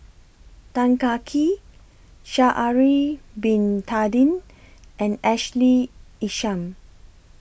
Tan Kah Kee Sha'Ari Bin Tadin and Ashley Isham